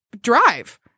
drive